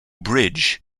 bridge